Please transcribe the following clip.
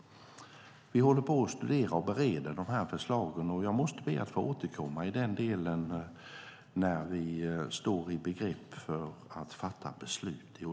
Vi studerar och bereder förslagen, och jag måste be att få återkomma när vi står i begrepp att fatta beslut.